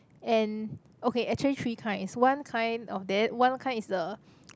and okay actually three kinds one kind of that one kind is the